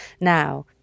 now